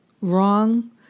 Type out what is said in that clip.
wrong